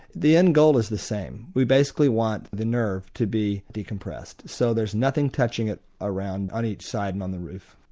the end goal is the same, we basically want the nerve to be decompressed so there's nothing touching it around on each side and on the roof.